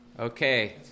Okay